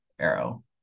arrow